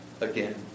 again